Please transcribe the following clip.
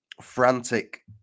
frantic